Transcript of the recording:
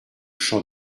champ